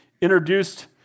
introduced